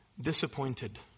disappointed